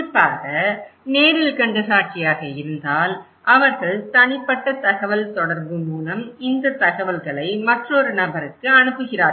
குறிப்பாக நேரில் கண்ட சாட்சியாக இருந்தால் அவர்கள் தனிப்பட்ட தகவல்தொடர்பு மூலம் இந்த தகவல்களை மற்றொரு நபருக்கு அனுப்புகிறார்கள்